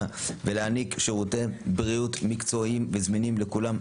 ולהעניק שירותי בריאות מקצועיים וזמינים לכולם,